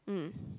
mm